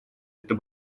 это